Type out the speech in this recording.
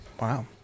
Wow